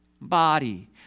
body